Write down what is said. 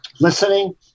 listening